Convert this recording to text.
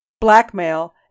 blackmail